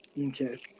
Okay